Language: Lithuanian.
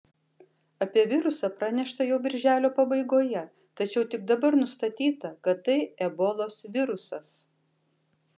apie virusą pranešta jau birželio pabaigoje tačiau tik dabar nustatyta kad tai ebolos virusas